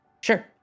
Sure